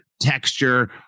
texture